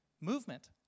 movement